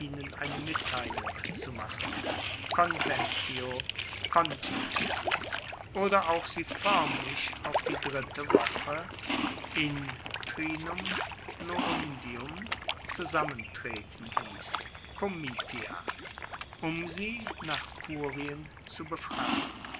eine mitteilung zu machen conventio contio oder auch sie foermlich auf die dritte woche in trinum noundinum zusammentreten hiess comitia um sie nach kurien zu befragen